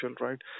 right